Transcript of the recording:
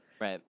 Right